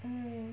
mm